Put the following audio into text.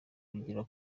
kugira